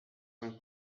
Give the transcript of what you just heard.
cinq